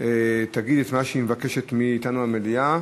תגיד את מה שהיא מבקשת מאתנו, המליאה.